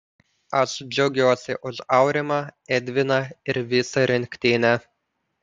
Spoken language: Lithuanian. aš džiaugiuosi už aurimą edviną ir visą rinktinę